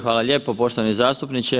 Hvala lijepo poštovani zastupniče.